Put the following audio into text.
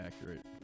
accurate